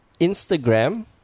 Instagram